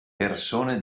persone